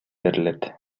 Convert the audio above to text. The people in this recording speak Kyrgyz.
берилет